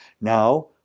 Now